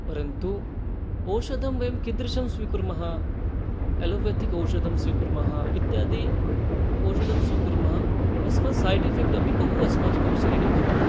परन्तु औषधं वयं कीदृशं स्वीकुर्मः अलोपतिक् औषधं स्वीकुर्मः इत्यादि औषधं स्वीकुर्मः तस्मात् सैड् एफ़ेक्ट् अपि बहु अस्माकं शरीरे भवति